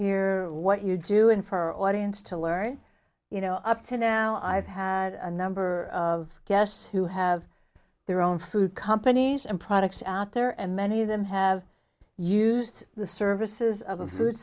hear what you do and for audience to learn you know up to now i've had a number of guests who have their own food companies and products out there and many of them have used the services o